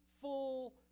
full